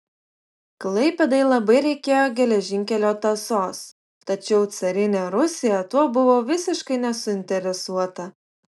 klaipėdai labai reikėjo geležinkelio tąsos tačiau carinė rusija tuo buvo visiškai nesuinteresuota